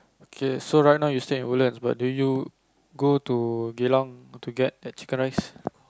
okay so right now you stay at Woodlands but do you go to Geylang to get chicken rice